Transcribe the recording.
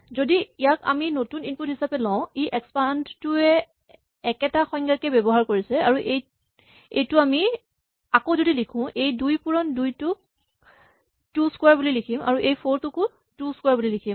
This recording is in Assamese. যদি ইয়াক আমি নতুন ইনপুট হিচাপে লওঁ ই এক্সপান্ড টোৱে একেটা সংজ্ঞাকে ব্যৱহাৰ কৰিছে আৰু এই এইটো আমি আকৌ যদি লিখো এই দুই পুৰণ দুই টোক টু স্কোৱাৰ বুলি লিখিম আৰু এই ফ'ৰ টোকো টু স্কোৱাৰ বুলি লিখিম